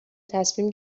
تصمیم